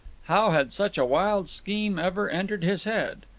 how had such a wild scheme ever entered his head?